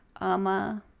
Ama